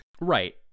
Right